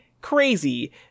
crazy